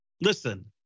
Listen